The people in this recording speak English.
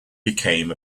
became